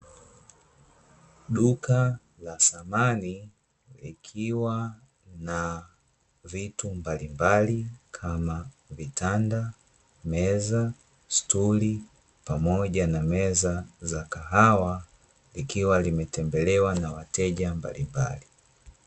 Duka la samani, likiwa na vitu mbalimbali, kama: vitanda, meza, stuli pamoja na meza za kahawa, likiwa limetembelewa na wateja mbalimbali.